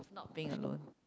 not being alone